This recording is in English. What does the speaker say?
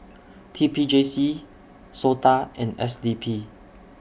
T P J C Sota and S D P